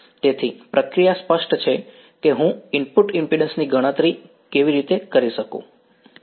તેથી પ્રક્રિયા સ્પષ્ટ છે કે હું ઇનપુટ ઈમ્પિડ્ન્સ ની ગણતરી કેવી રીતે કરી શકું